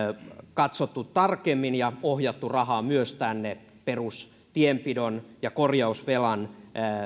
katsottu tarkemmin ja ohjattu rahaa myös tänne perustienpidon ja korjausvelan